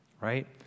Right